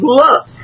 look